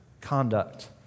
conduct